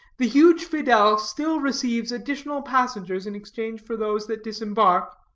the huge fidele still receives additional passengers in exchange for those that disembark